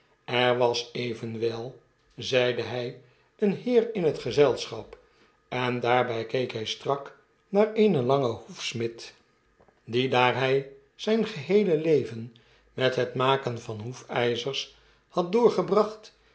er was evenwel zeide hy een heer in het gezelschap en daarbj keek hij strak naar eenen langen hoefsmid die daar hy zyn geheele leven met iiet makenvanhoefijzers had doorgebracht